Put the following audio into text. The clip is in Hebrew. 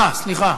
אה, סליחה,